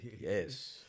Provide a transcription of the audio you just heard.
Yes